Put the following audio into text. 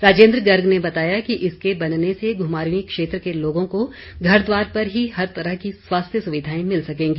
राजेन्द्र गर्ग ने बताया कि इसके बनने से घुमारवीं क्षेत्र के लोगों को घर द्वार पर ही हर तरह की स्वास्थ्य सुविधाएं मिल सकेंगी